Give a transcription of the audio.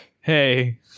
hey